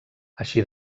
així